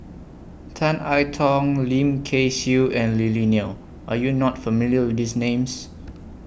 Tan I Tong Lim Kay Siu and Lily Neo Are YOU not familiar with These Names